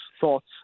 thoughts